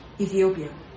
Ethiopia